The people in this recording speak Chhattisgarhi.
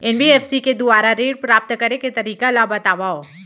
एन.बी.एफ.सी के दुवारा ऋण प्राप्त करे के तरीका ल बतावव?